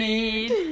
need